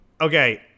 okay